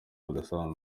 budasanzwe